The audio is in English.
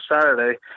Saturday